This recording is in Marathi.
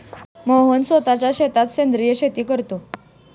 मोहन स्वतःच्या शेतात सेंद्रिय शेती करतो